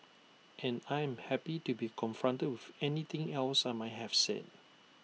and I'm happy to be confronted with anything else I might have said